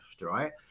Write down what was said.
right